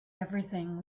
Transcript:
everything